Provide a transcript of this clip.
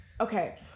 Okay